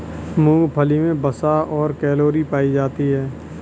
मूंगफली मे वसा और कैलोरी पायी जाती है